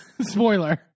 spoiler